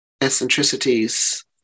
eccentricities